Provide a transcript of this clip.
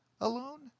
alone